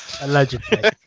Allegedly